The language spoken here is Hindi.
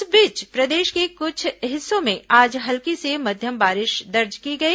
इस बीच प्रदेश के कुछ हिस्सों में आज हल्की से मध्यम बारिश दर्ज की गई